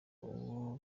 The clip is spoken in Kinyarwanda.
uwo